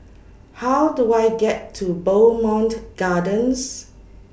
How Do I get to Bowmont Gardens